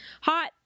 hot